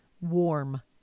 warm